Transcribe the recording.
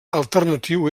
alternatiu